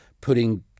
putting